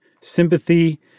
sympathy